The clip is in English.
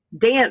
dance